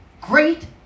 Great